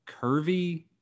Curvy